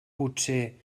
potser